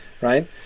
right